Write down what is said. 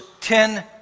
ten